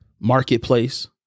marketplace